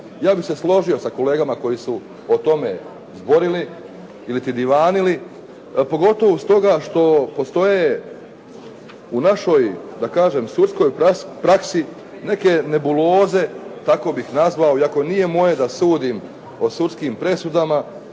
ja bih se složio sa kolegama koji su o tome zborili ili ti divanili, pogotovo stoga što postoje u našoj da kažem sudskoj praksi neke nebuloze, kako bih nazvao iako nije moje da sudim o sudskim presudama